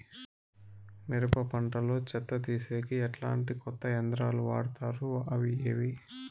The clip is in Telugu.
మిరప పంట లో చెత్త తీసేకి ఎట్లాంటి కొత్త యంత్రాలు వాడుతారు అవి ఏవి?